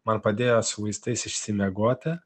man padėjo su vaistais išsimiegoti